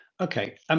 Okay